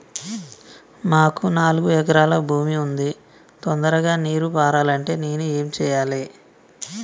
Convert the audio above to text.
మాకు నాలుగు ఎకరాల భూమి ఉంది, తొందరగా నీరు పారాలంటే నేను ఏం చెయ్యాలే?